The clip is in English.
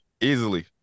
easily